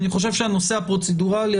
אני חושב שהנושא הפרוצדורלי,